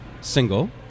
single